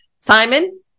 Simon